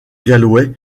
galway